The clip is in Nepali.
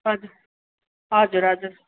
हजुर हजुर हजुर